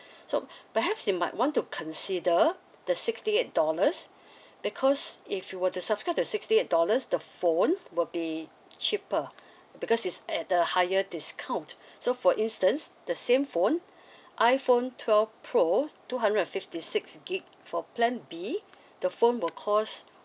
so perhaps you might want to consider the sixty eight dollars because if you were to subscribe the sixty eight dollars the phone will be cheaper because it's at the higher discount so for instance the same phone iPhone twelve pro two hundred and fifty six gig for plan b the phone will cost